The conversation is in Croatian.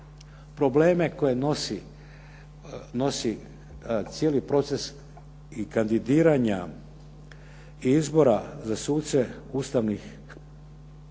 probleme koje nosi cijeli proces i kandidiranja i izbora za suce ustavnih